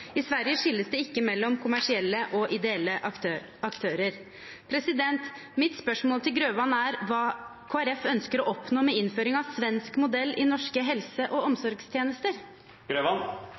I Sverige skilles det ikke mellom kommersielle og ideelle aktører. Mitt spørsmål til representanten Grøvan er hva Kristelig Folkeparti ønsker å oppnå med innføring av svensk modell i norske helse- og omsorgstjenester.